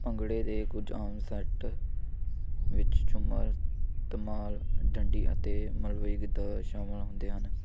ਭੰਗੜੇ ਦੇ ਕੁਝ ਆਮ ਸਟੈਪ ਵਿੱਚ ਝੂਮਰ ਧਮਾਲ ਡੰਡੀ ਅਤੇ ਮਲਵਈ ਗਿੱਧਾ ਸ਼ਾਮਿਲ ਹੁੰਦੇ ਹਨ